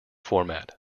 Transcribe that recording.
format